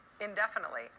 indefinitely